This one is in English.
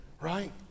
right